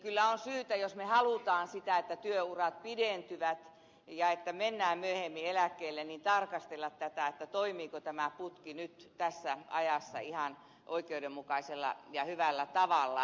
kyllä on syytä jos me haluamme sitä että työurat pidentyvät ja että mennään myöhemmin eläkkeelle tarkastella tätä toimiiko tämä putki nyt tässä ajassa ihan oikeudenmukaisella ja hyvällä tavalla